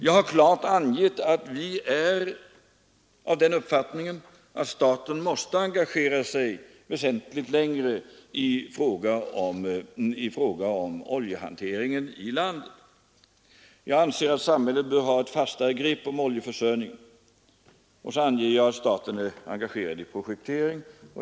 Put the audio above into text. Jag har klart angivit att vi är av den uppfattningen att staten måste engagera sig väsentligt mer i fråga om oljehanteringen i landet. Jag sade i interpellationssvaret att jag anser att samhället bör ha ett fastare grepp om oljeförsörjningen, och så angav jag att staten är engagerad i projektering.